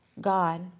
God